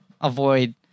avoid